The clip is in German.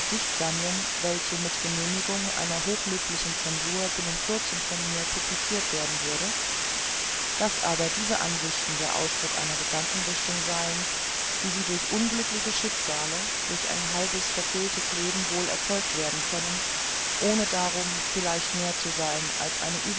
gedichtsammlung welche mit genehmigung einer hochlöblichen censur binnen kurzem von mir publicirt werden würde daß aber diese ansichten der ausdruck einer gedankenrichtung seien wie sie durch unglückliche schicksale durch ein halbes verfehltes leben wohl erzeugt werden könne ohne darum vielleicht mehr zu sein als eine